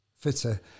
fitter